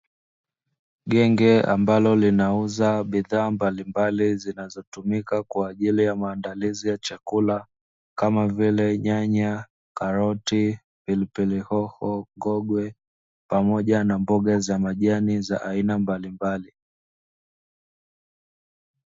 Genge ambalo linauza bidhaa mbalimbali zinatumika kwaajili ya maandalizi ya chakula kama vile Nyanya, Karoti, Pilipili hoho, Ngogwe pamoja na mboga za majani za aina mbalimbali.